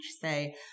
say